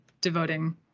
devoting